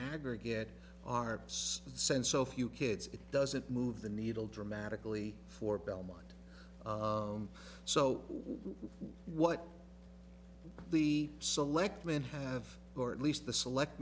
aggregate are send so few kids it doesn't move the needle dramatically for belmont so what the selectmen have or at least the select